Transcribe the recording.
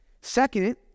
Second